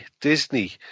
Disney